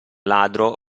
ladro